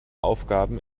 aufgaben